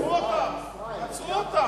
לא בסודן,